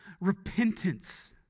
repentance